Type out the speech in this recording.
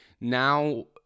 Now